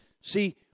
See